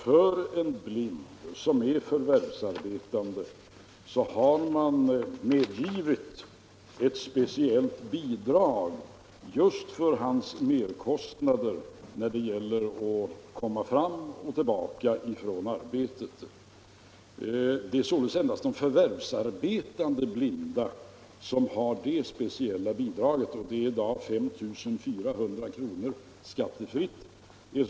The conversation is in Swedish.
För förvärvsarbetande blinda har emellertid medgivits ett speciellt bidrag för merkostnader i samband med resorna till och från arbetet. Det är således endast förvärvsarbetande blinda som har detta bidrag, som i dag är 5400 kr. och utgår skattefritt.